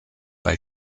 bei